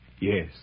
Yes